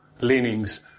leanings